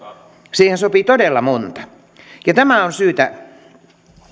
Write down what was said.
siihen sopii todella monta tämä on syytä